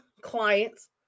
clients